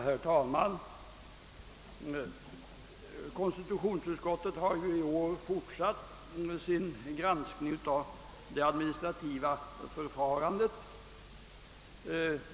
Herr talman! Konstitutionsutskottet har i år fortsatt sin granskning av det administrativa förfarandet.